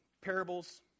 parables